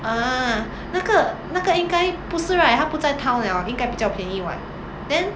ah 那个那个应该不是 right 他不在 town liao 应该比较便宜 [what] then